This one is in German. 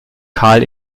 karl